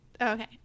okay